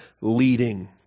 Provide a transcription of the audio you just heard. leading